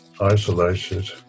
isolated